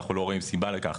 ואנחנו לא רואים סיבה לכך.